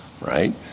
right